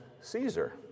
Caesar